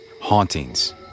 hauntings